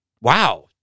wow